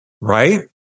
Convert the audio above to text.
Right